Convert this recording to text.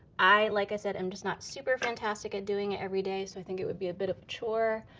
i, like i said, am just not super fantastic at doing it every day, so i think it would be a bit of a chore.